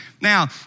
Now